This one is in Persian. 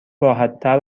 راحتتر